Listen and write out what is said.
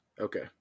Okay